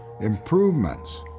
improvements